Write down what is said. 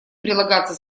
прилагаться